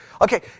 okay